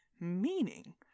Meaning